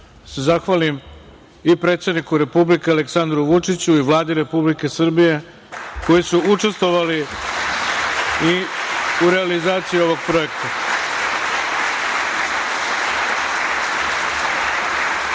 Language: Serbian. zahvalim i predsedniku Republike Aleksandru Vučiću i Vladi Republike Srbije koji su učestvovali u realizaciji ovog